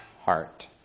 heart